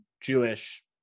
Jewish